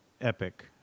epic